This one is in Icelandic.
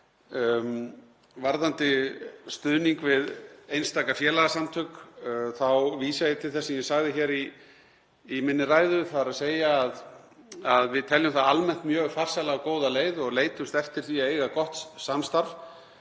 Varðandi stuðning við einstaka félagasamtök þá vísa ég til þess sem ég sagði í minni ræðu, þ.e. að við teljum það almennt mjög farsæla og góða leið og leitumst eftir því að eiga gott samstarf